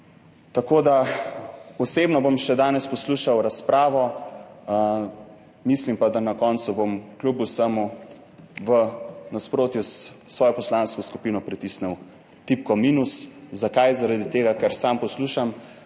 Osebno bom danes še poslušal razpravo, mislim pa, da bom na koncu kljub vsemu v nasprotju s svojo poslansko skupino pritisnil tipko minus. Zakaj? Zaradi tega, ker sam poslušam